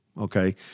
Okay